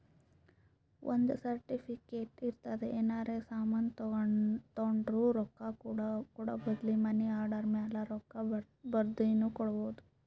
ಒಂದ್ ಸರ್ಟಿಫಿಕೇಟ್ ಇರ್ತುದ್ ಏನರೇ ಸಾಮಾನ್ ತೊಂಡುರ ರೊಕ್ಕಾ ಕೂಡ ಬದ್ಲಿ ಮನಿ ಆರ್ಡರ್ ಮ್ಯಾಲ ರೊಕ್ಕಾ ಬರ್ದಿನು ಕೊಡ್ಬೋದು